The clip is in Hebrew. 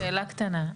יש לי שאלה קטנה.